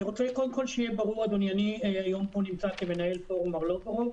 אני רוצה שקודם כל יהיה ברור שאני נמצא כאן היום כמנהל פורום ארלוזורוב